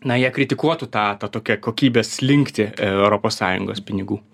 na jie kritikuotų tą tą tokią kokybę slinkti europos sąjungos pinigų